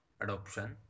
adoption